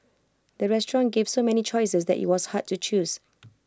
the restaurant gave so many choices that IT was hard to choose